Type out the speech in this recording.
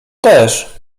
też